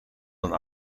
een